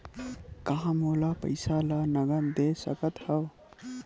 का मोला पईसा ला नगद दे सकत हव?